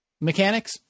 mechanics